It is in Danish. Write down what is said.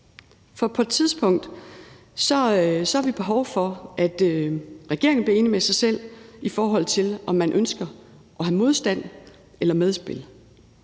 For på et tidspunkt har vi behov for, at regeringen bliver enig med sig selv, om man ønsker at have modstand eller medspil,